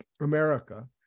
America